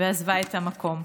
ועזבה את המקום.